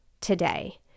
today